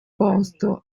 posto